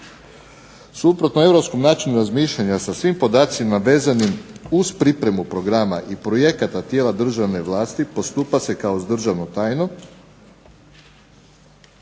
Suprotno europskom načinu razmišljanja sa svim podacima vezanim uz pripremu programa i projekata tijela državne vlasti, postupa se kao s državnom tajnom